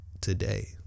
today